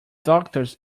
doctors